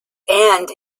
and